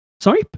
Sorry